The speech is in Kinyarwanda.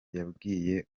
yabwiye